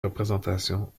représentations